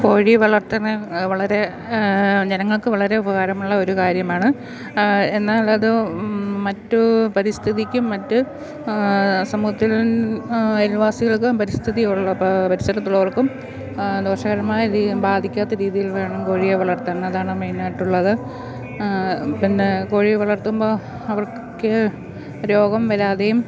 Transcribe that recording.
കോഴി വളർത്തുന്നത് വളരെ ജനങ്ങൾക്ക് വളരെ ഉപകാരമുള്ള ഒരു കാര്യമാണ് എന്നാൽ അത് മറ്റ് പരിസ്ഥിതിക്കും മറ്റ് സമൂഹത്തിൽ അയൽവാസികൾക്ക് പരിസ്ഥിതിയോടുള്ള പരിസ്ഥലത്തുള്ളവർക്കും ദോഷകരമായ രീതി ബാധിക്കാത്ത രീതിയിൽ വേണം കോഴിയെ വളർത്താൻ അതാണ് മെയ്ൻ ആയിട്ടുള്ളത് പിന്നെ കോഴി വളർത്തുമ്പോൾ അവർക്കൊക്കെ രോഗം വരാതെയും